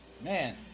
Man